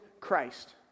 Christ